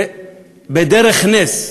זה בדרך נס.